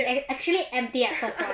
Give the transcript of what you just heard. actually empty at first [one]